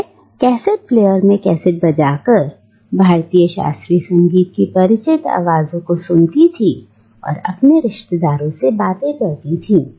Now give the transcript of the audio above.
वह cassette player में cassette बजाकर भारतीय शास्त्रीय संगीत की परिचित आवाजों को सुनती थी और अपने रिश्तेदारों से बातें करती थी